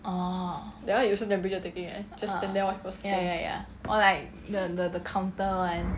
that [one] is also temperature taking eh just stand there just stand there watch people scan